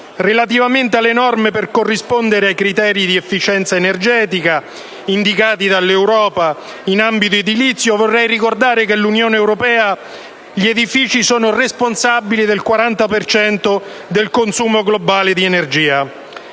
Relativamente alle norme per corrispondere ai criteri di efficienza energetica indicati dall'Europa in ambito edilizio, vorrei ricordare che nell'Unione europea gli edifici sono responsabili del 40 per cento del consumo globale di energia.